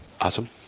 Awesome